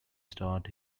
start